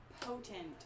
potent